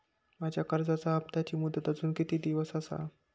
माझ्या कर्जाचा हप्ताची मुदत अजून किती दिवस असा?